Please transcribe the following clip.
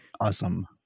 Awesome